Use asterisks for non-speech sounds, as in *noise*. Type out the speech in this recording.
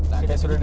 keja~ *laughs*